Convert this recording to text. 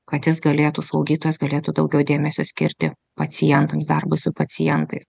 kad jis galėtų slaugytojas galėtų daugiau dėmesio skirti pacientams darbui su pacientais